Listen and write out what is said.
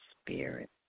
spirit